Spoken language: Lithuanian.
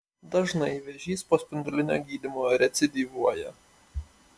dažnai vėžys po spindulinio gydymo recidyvuoja